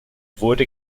wurde